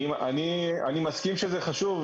אני מסכים שזה חשוב,